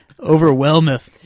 Overwhelmeth